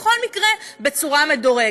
בכל מקרה בצורה מדורגת.